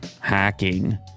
hacking